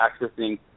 accessing